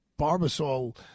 Barbasol